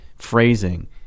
phrasing